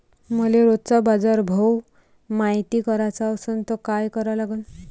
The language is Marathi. मले रोजचा बाजारभव मायती कराचा असन त काय करा लागन?